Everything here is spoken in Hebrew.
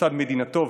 לצד מדינתו,